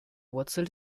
wurzel